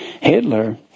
Hitler